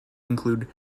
include